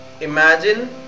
imagine